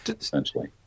essentially